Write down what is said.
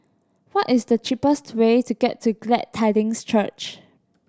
what is the cheapest way to get to Glad Tidings Church